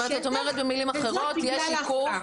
את אומרת במילים אחרות שיש עיכוב,